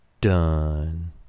done